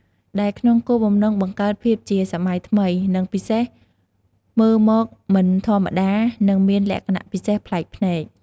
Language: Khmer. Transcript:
ដែលក្នុងគោលបំណងបង្កើតភាពជាសម័យថ្មី និងពិសេសមើលមកមិនធម្មតានិងមានលក្ខណៈពិសេសប្លែកភ្នែក។